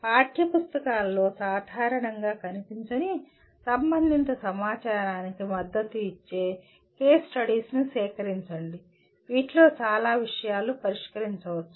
పాఠ్యపుస్తకాల్లో సాధారణంగా కనిపించని సంబంధిత సమాచారానికి మద్దతు ఇచ్చే కేస్ స్టడీస్ను సేకరించండి వీటిలో చాలా విషయాలు పరిష్కరించవచ్చు